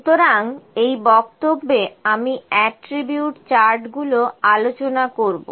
সুতরাং এই বক্তব্যে আমি অ্যাট্রিবিউট চার্ট গুলো আলোচনা করবো